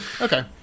okay